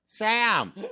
Sam